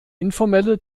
informelle